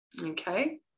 Okay